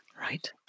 Right